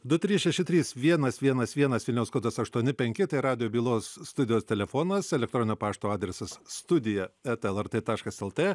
du trys šeši trys vienas vienas vienas vilniaus kodas aštuoni penki tai radijo bylos studijos telefonas elektroninio pašto adresas studija eta lrt taškas lt